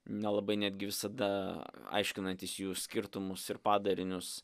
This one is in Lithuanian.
nelabai netgi visada aiškinantis jų skirtumus ir padarinius